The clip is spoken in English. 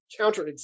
counterexample